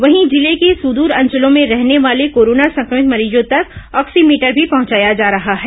वहीं जिले के सुद्र अंचलों में रहने वाले कोरोना संक्रमित मरीजों तक ऑक्सीमीटर भी पहुंचाया जा रहा है